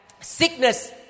sickness